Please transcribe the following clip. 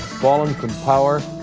fallen from power.